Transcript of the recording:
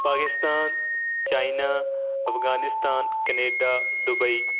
Pakistan China Afghanistan Canada Dubai